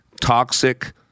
toxic